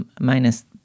minus